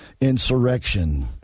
insurrection